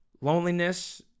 loneliness